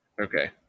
Okay